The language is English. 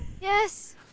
Yes